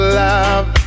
love